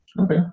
Okay